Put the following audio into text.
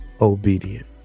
obedient